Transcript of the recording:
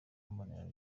mbonera